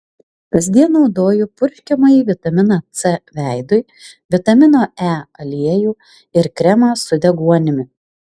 kasdien naudoju purškiamąjį vitaminą c veidui vitamino e aliejų ir kremą su deguonimi